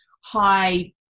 high